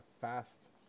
fast